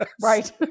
Right